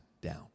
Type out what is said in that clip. down